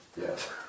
Yes